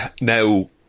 now